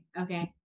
okay